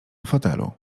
fotelu